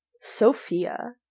Sophia